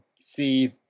see